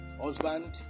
Husband